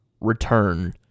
return